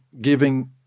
giving